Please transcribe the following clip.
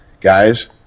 guys